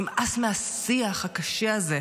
נמאס מהשיח הקשה הזה.